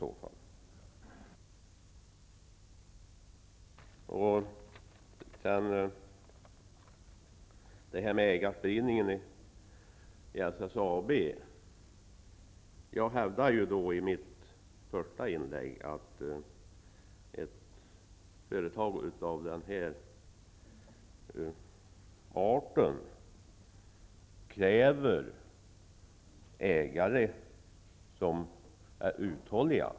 Vad beträffar ägarspridningen i SSAB hävdade jag i mitt första inlägg att då det gäller företag av den här arten krävs ägare som är uthålliga.